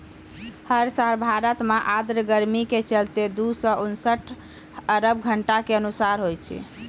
हर साल भारत मॅ आर्द्र गर्मी के चलतॅ दू सौ उनसठ अरब घंटा के नुकसान होय छै